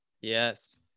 Yes